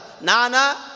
Nana